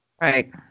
Right